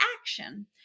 action